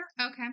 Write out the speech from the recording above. Okay